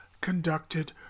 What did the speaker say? conducted